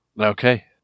okay